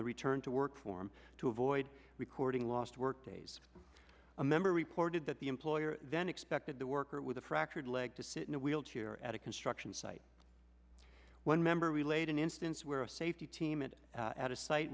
the return to work form to avoid recording lost work days a member reported that the employer then expected the worker with a fractured leg to sit in a wheelchair at a construction site one member relayed an instance where a safety team it at a site